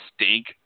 stink